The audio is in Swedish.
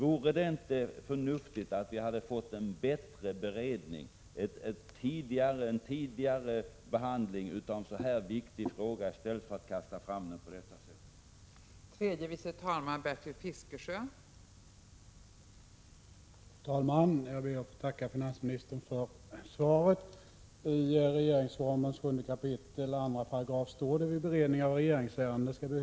Hade det inte varit förnuftigt med en bättre beredning, en grundligare behandling av en så här viktig fråga i stället för ett framkastande av ett förslag på detta sätt?